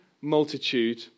multitude